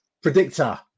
Predictor